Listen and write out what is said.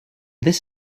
this